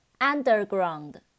Underground